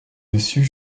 dessus